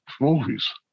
movies